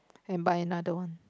and buy another one